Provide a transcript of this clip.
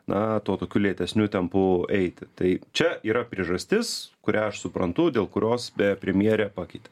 na tuo tokiu lėtesniu tempu eiti tai čia yra priežastis kurią aš suprantu dėl kurios be premjerė pakeitė